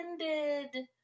ended